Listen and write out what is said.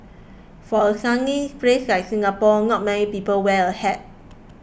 for a sunny place like Singapore not many people wear a hat